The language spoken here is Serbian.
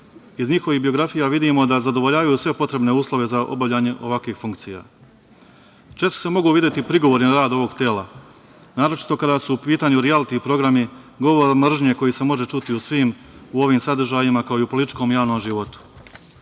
Iz njihovih biografija vidimo da zadovoljavaju sve potrebne uslove za obavljanje ovakvih funkcija. Često se mogu videti prigovori na rad ovog tela, naročito kada su u pitanju rijaliti programi, govora mržnje koje se može čuti u svim ovim sadržajima kao i u političkom i javnom životu. Po